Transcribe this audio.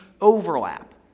overlap